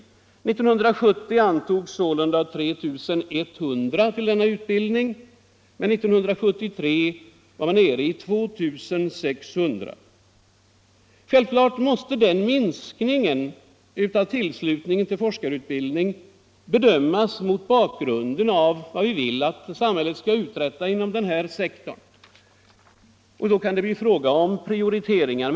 1970 antogs sålunda 3 100 till denna utbildning, men 1973 var man nere i 2 600. Självfallet måste den minskningen bedömas mot bakgrund av vad vi vill att samhället skall uträtta inom denna sektor, och då kan det bli fråga om prioriteringar.